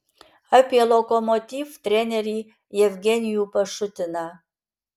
apie lokomotiv trenerį jevgenijų pašutiną